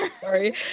sorry